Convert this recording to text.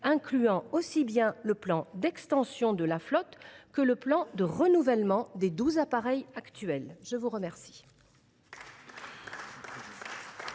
incluant aussi bien le plan d’extension de la flotte que le plan de renouvellement des douze appareils actuels. Mes chers